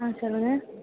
ஆ சொல்லுங்க